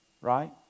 right